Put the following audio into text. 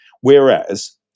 Whereas